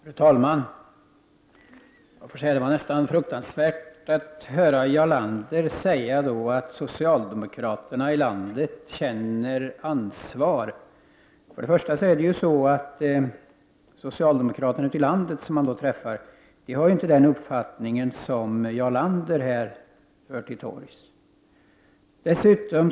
Fru talman! Det var nästan fruktansvärt att höra Jarl Lander säga att socialdemokraterna ute i landet känner ansvar. Socialdemokraterna ute i landet har inte den uppfattning som Jarl Lander här för till torgs.